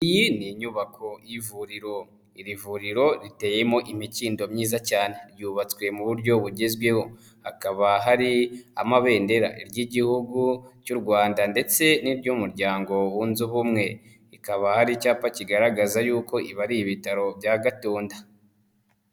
Iyi ni nyubako y'ivuriro, iri vuriro riteyemo imikindo myiza cyane, ryubatswe mu buryo bugezweho, hakaba hari amabendera, iry'Igihugu cy'u Rwanda ndetse n'iry'Umuryango wunze Ubumwe, hakaba hari icyapa kigaragaza yuko ibi ari ibitaro bya Gatunda.